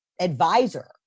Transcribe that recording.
advisor